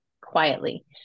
quietly